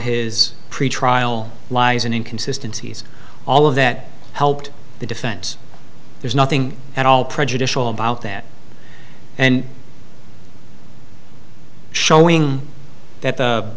his pretrial lies and in consistencies all of that helped the defense there's nothing at all prejudicial about that and showing that the